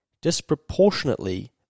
disproportionately